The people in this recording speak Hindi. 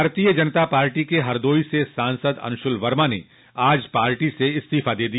भारतीय जनता पार्टी के हरदोई से सांसद अंशुल वर्मा ने आज पार्टी से इस्तीफा दे दिया